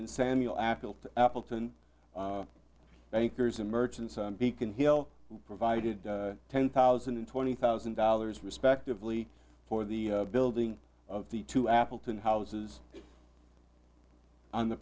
and samuel affeldt appleton bankers and merchants on beacon hill provided ten thousand and twenty thousand dollars respectively for the building of the two appleton houses on the